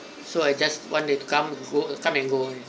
so I just want them come and go come and go only